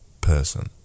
person